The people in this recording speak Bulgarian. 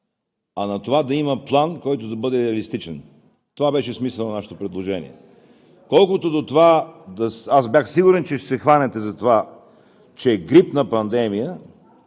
а на това да има план, който да бъде реалистичен. Това беше смисълът на нашето предложение. Бях сигурен, че ще се хванете за това, че е грипна пандемия.